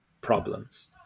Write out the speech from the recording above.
problems